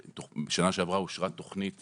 שנה שעברה אושרה תוכנית